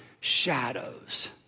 shadows